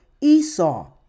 Esau